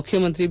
ಮುಖ್ಯಮಂತ್ರಿ ಬಿ